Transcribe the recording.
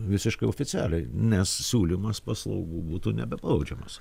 visiškai oficialiai nes siūlymas paslaugų būtų nebebaudžiamas